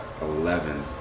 eleven